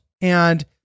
and-